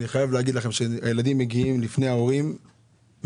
אני חייב להגיד לכם שהילדים מגיעים לפני ההורים והתרגשתי.